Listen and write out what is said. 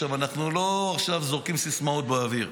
אנחנו לא זורקים סיסמאות באוויר.